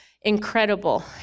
incredible